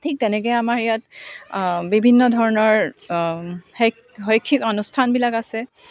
ঠিক তেনেকৈ আমাৰ ইয়াত বিভিন্ন ধৰণৰ শৈ শৈক্ষিক অনুষ্ঠানবিলাক আছে